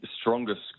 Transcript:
strongest